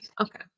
Okay